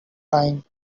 time